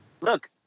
Look